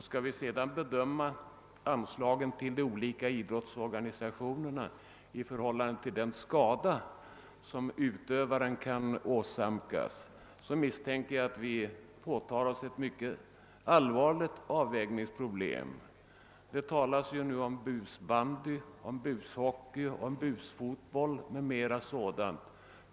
Skall vi bedöma anslagen till de olika idrottsorganisationerna i förhållande till den skada som utövaren kan åsamkas, misstänker jag att vi tar på oss ett mycket allvarligt avvägningsproblem. Det talas ju nu om busbandy, bushockey, busfotboll m.m.